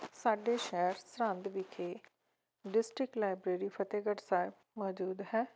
ਸਾਡੇ ਸ਼ਹਿਰ ਸਰਹਿੰਦ ਵਿਖੇ ਡਿਸਟ੍ਰਿਕਟ ਲਾਇਬ੍ਰੇਰੀ ਫਤਿਹਗੜ੍ਹ ਸਾਹਿਬ ਮੌਜੂਦ ਹੈ